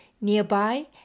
nearby